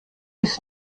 ist